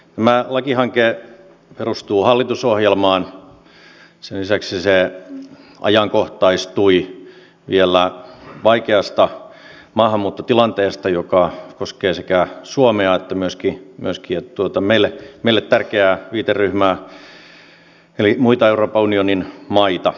tämä lakihanke perustuu hallitusohjelmaan sen lisäksi se ajankohtaistui vielä vaikeasta maahanmuuttotilanteesta joka koskee sekä suomea että myöskin meille tärkeää viiteryhmää eli muita euroopan unionin maita